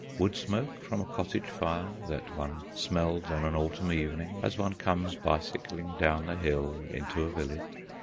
wood smoke from a cottage fire, that one smells on an autumn evening as one comes bicycling down the hill into a village?